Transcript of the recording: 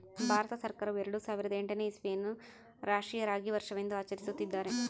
ಭಾರತ ಸರ್ಕಾರವು ಎರೆಡು ಸಾವಿರದ ಎಂಟನೇ ಇಸ್ವಿಯನ್ನು ಅನ್ನು ರಾಷ್ಟ್ರೀಯ ರಾಗಿ ವರ್ಷವೆಂದು ಆಚರಿಸುತ್ತಿದ್ದಾರೆ